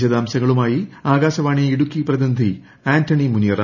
വിശദാംശങ്ങളുമായി ആകാശവാണി ഇടുക്കി പ്രതിനിധി ആന്റണി മുനിയറ